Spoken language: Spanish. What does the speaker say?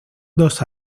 dos